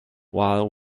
while